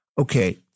Okay